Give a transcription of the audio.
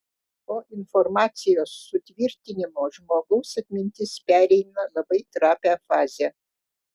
po informacijos sutvirtinimo žmogaus atmintis pereina labai trapią fazę